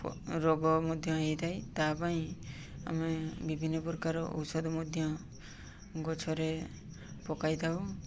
ରୋଗ ମଧ୍ୟ ହେଇଥାଏ ତା ପାଇଁ ଆମେ ବିଭିନ୍ନ ପ୍ରକାର ଔଷଧ ମଧ୍ୟ ଗଛରେ ପକାଇଥାଉ